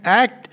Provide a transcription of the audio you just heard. act